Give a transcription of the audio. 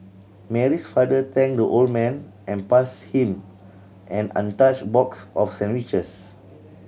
Mary's father thanked the old man and passed him an untouched box of sandwiches